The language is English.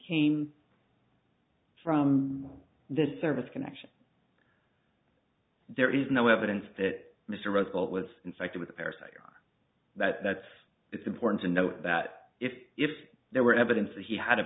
came from this service connection there is no evidence that mr roosevelt was infected with a parasite or that's it's important to know that if if there were evidence that he had a